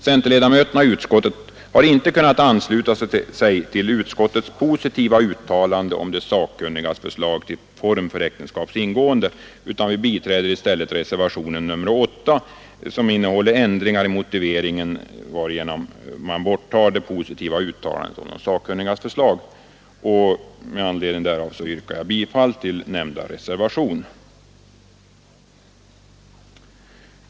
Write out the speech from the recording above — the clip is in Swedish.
Centerledamöterna i utskottet har inte kunnat ansluta sig till utskottets positiva uttalande om de sakkunnigas förslag till form för äktenskaps ingående, utan vi biträdde i stället reservationen 8 som innehåller ändringar i motiveringen, varigenom man tar bort det positiva uttalandet om de sakkunnigas förslag. Med anledning därav yrkar jag bifall till nämnda reservation.